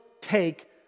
take